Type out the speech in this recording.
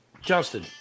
Justin